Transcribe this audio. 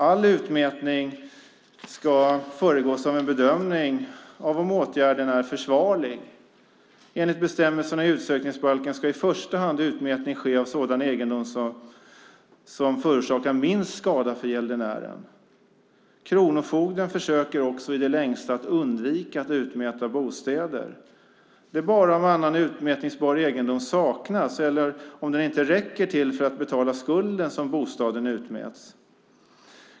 All utmätning ska föregås av en bedömning av om åtgärden är försvarlig. Enligt bestämmelserna i utsökningsbalken ska i första hand utmätning ske av sådan egendom som förorsakar minst skada för gäldenären. Kronofogden försöker också i det längsta att undvika att utmäta bostäder. Det är bara om annan utmätningsbar egendom saknas eller om den inte räcker till för att betala skulden som bostadens utmäts.